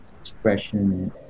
expression